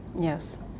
Yes